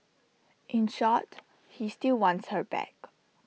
in short he still wants her back